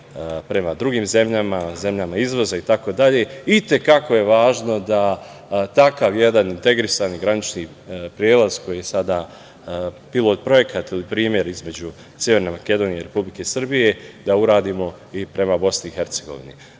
prema drugih zemljama, zemljama izvoza itd. I te kako je važno da takav jedan integrisani granični prelaz, koji je sad pilot projekat primer između Severne Makedonije i Republike Srbije da uradimo i prema BiH.Naravno,